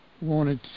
wanted